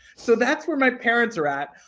so that's where my parents are at.